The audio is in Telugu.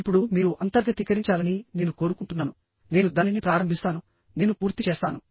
ఇప్పుడుమీరు అంతర్గతీకరించాలని నేను కోరుకుంటున్నానునేను దానిని ప్రారంభిస్తాను నేను పూర్తి చేస్తాను